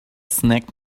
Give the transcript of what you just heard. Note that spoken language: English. snagged